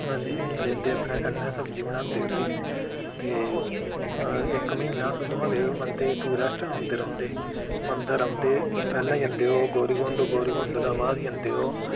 लैंदे अपने कन्नै सब्जी बनांदे उं'दी ते इक्क म्हीना बंदे टुरिस्ट औंदे रौहंदे मंदर औंदे पैह्लें जंदे ओह् गौरीकुंड गौरीकुंड दे बाद जंदे ओह्